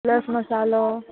plus मसालो